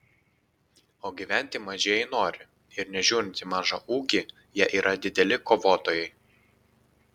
o gyventi mažieji nori ir nežiūrint į mažą ūgį jie yra dideli kovotojai